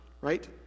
Right